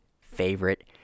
favorite